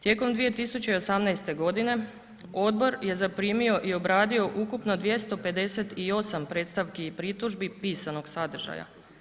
Tijekom 2018. godine odbor je zaprimio i obradio ukupno 258 predstavki i pritužbi pisanog sadržaja.